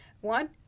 one